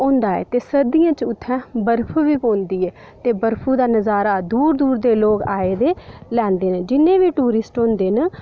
होंदा ऐ ते सर्दियें च उत्थै बर्फ बी पौंदी ऐ ते बर्फू दा नजारा दूर दूर दा आए दे लैंदे न जि'न्ने बी टुरिस्ट होंदे न उत्थै